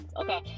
Okay